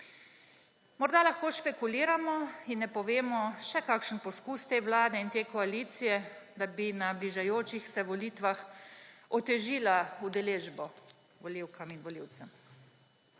Morda lahko špekuliramo in napovemo še kakšen poskus te vlade in te koalicije, da bi na bližajočih se volitvah otežila udeležbo volivkam in volivcem.